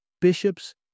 Bishops